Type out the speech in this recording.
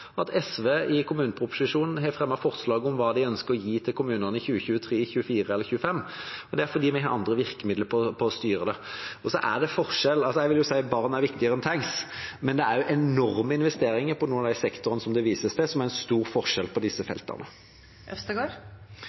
at SV i kommuneproposisjonen har fremmet forslag om hva de ønsker å gi til kommunene i 2023, 2024 eller 2025. Det er fordi vi har andre virkemidler for å styre det. Jeg vil si at barn er viktigere enn tanks, men det er enorme investeringer i noen av de sektorene som det vises til, noe som er en stor forskjell på disse feltene.